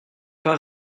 pas